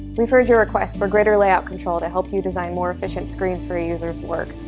we've heard your requests for greater layout control to help you design more efficient screens for your users' work.